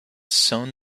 sewn